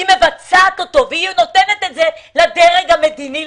היא מבצעת אותו ונותנת את זה לדרג המדיני,